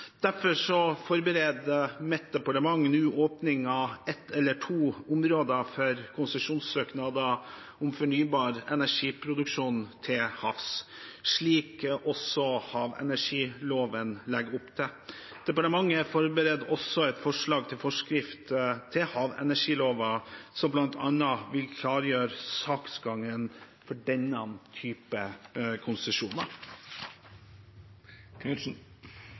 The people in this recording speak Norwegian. Derfor forbereder mitt departement nå åpning av ett eller to områder for konsesjonssøknader om fornybar energiproduksjon til havs, slik havenergiloven legger opp til. Departementet forbereder også et forslag til forskrift til havenergiloven, som bl.a. vil klargjøre saksgangen for denne type konsesjoner.